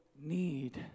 need